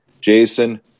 Jason